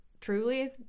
truly